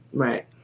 right